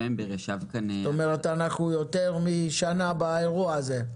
זאת אומרת שאנחנו כבר יותר משנה באירוע הזה.